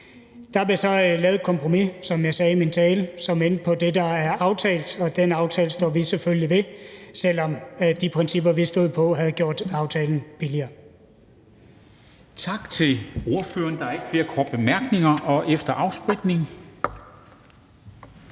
Der blev så lavet et kompromis, som jeg sagde i min tale, som endte med det, der er aftalt, og den aftale står vi selvfølgelig ved, selv om de principper, vi stod på, havde gjort aftalen billigere.